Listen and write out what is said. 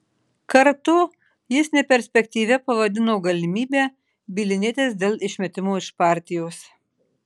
kartu jis neperspektyvia pavadino galimybę bylinėtis dėl išmetimo iš partijos